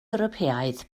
ewropeaidd